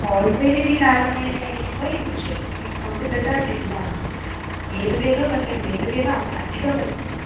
wholesale इति कारणेन एव विंशति डिस्कौण्ट् ददाति किल एतदेव पर्य एतदेव अधिकम् अस्ति